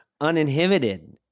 uninhibited